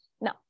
No